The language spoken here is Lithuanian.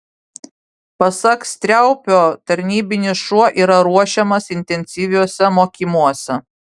pasak striaupio tarnybinis šuo yra ruošiamas intensyviuose mokymuose